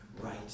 right